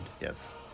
yes